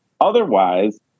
otherwise